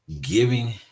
giving